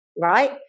right